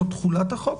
לא תחולת החוק?